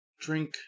drink